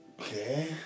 Okay